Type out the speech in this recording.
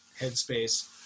headspace